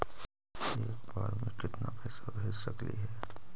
एक बार मे केतना पैसा भेज सकली हे?